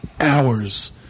hours